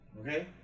okay